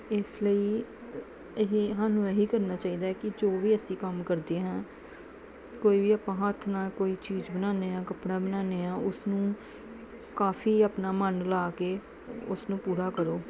ਇਸ ਲਈ ਇਹ ਸਾਨੂੰ ਇਹੀ ਕਰਨਾ ਚਾਹੀਦਾ ਕਿ ਜੋ ਵੀ ਅਸੀਂ ਕੰਮ ਕਰਦੇ ਹਾਂ ਕੋਈ ਵੀ ਆਪਾਂ ਹੱਥ ਨਾਲ ਕੋਈ ਚੀਜ਼ ਬਣਾਉਂਦੇ ਹਾਂ ਕੱਪੜਾ ਬਣਾਉਦੇ ਆ ਉਸਨੂੰ ਕਾਫੀ ਆਪਣਾ ਮੰਨ ਲਾ ਕੇ ਉਸਨੂੰ ਪੂਰਾ ਕਰੋ